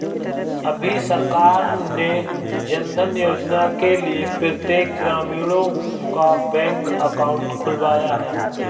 अभी सरकार ने जनधन योजना के लिए प्रत्येक ग्रामीणों का बैंक अकाउंट खुलवाया है